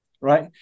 right